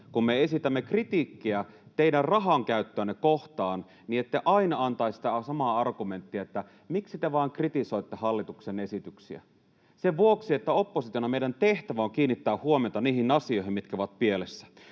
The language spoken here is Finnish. kun me esitämme kritiikkiä teidän rahankäyttöänne kohtaan, ette aina antaisi sitä samaa argumenttia, että miksi te vain kritisoitte hallituksen esityksiä. Kritisoimme sen vuoksi, että oppositiona meidän tehtävämme on kiinnittää huomiota niihin asioihin, mitkä ovat pielessä.